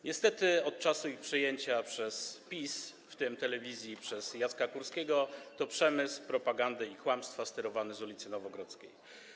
Niestety od czasu ich przejęcia przez PiS, w tym telewizji przez Jacka Kurskiego, to przemysł propagandy i kłamstwa sterowany z ul. Nowogrodzkiej.